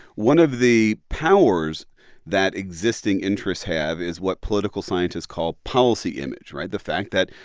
one of the powers that existing interests have is what political scientists call policy image right? the fact that,